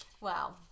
Wow